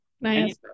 Nice